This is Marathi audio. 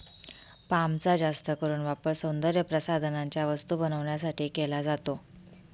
पामचा जास्त करून वापर सौंदर्यप्रसाधनांच्या वस्तू बनवण्यासाठी केला जातो